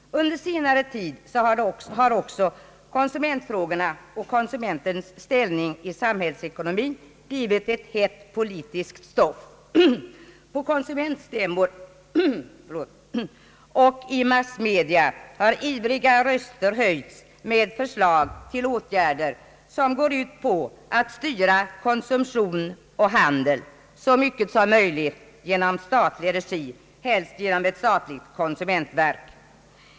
Under senare tid har konsumentfrågorna och konsumentens ställning i samhällsekonomin också blivit ett hett politiskt stoff. På konsumentstämmor och i massmedia har ivriga röster höjts med förslag till åtgärder, som går ut på att styra konsumtion och handel så mycket som möjligt genom statlig regi, helst genom ett statligt konsumentverk.